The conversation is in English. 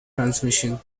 transmission